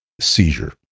seizure